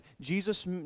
Jesus